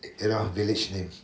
you know village names